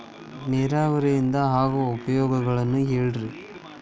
ನೇರಾವರಿಯಿಂದ ಆಗೋ ಉಪಯೋಗಗಳನ್ನು ಹೇಳ್ರಿ